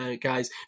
guys